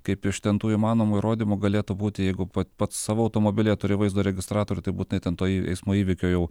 kaip iš ten tų įmanomų įrodymų galėtų būti jeigu pats savo automobilyje turi vaizdo registratorių tai būtinai ten toj eismo įvykio jau